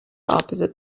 opposite